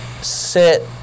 sit